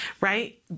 right